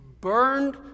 burned